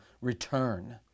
return